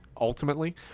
ultimately